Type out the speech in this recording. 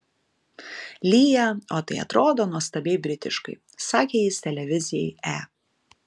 lyja o tai atrodo nuostabiai britiškai sakė jis televizijai e